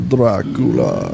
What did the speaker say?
Dracula